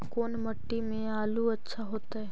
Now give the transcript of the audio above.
कोन मट्टी में आलु अच्छा होतै?